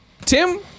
Tim